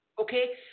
Okay